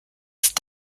ist